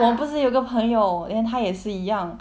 我不是有个朋友 then 他也是一样